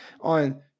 on